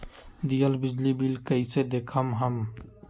दियल बिजली बिल कइसे देखम हम?